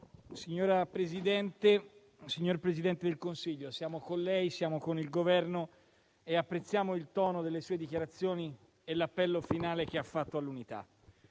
signor Presidente del Consiglio, siamo con lei, siamo con il Governo e apprezziamo il tono delle sue dichiarazioni e l'appello finale che ha fatto all'unità.